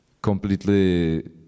Completely